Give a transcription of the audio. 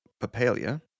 papalia